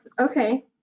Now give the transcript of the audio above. okay